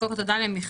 קודם כל, תודה למיכל.